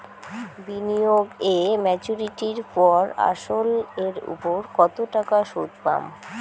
বিনিয়োগ এ মেচুরিটির পর আসল এর উপর কতো টাকা সুদ পাম?